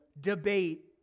debate